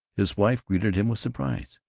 his wife greeted him with surprise.